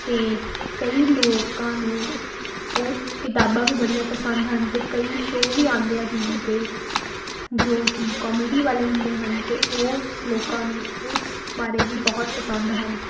ਅਤੇ ਕਈ ਲੋਕਾਂ ਨੂੰ ਉਹ ਕਿਤਾਬਾਂ ਵੀ ਬੜੀਆਂ ਪਸੰਦ ਹਨ ਅਤੇ ਕਈ ਸ਼ੋਅ ਵੀ ਆਉਂਦੇ ਹੈ ਟੀ ਵੀ 'ਤੇ ਜੋ ਕਿ ਕੋਮੇਡੀ ਵਾਲੇ ਹੁੰਦੇ ਹਨ ਅਤੇ ਉਹ ਲੋਕਾਂ ਨੂੰ ਉਸ ਬਾਰੇ ਵੀ ਬਹੁਤ ਪਸੰਦ ਹਨ